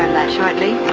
shortly.